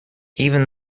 even